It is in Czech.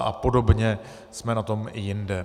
A podobně jsme na tom i jinde.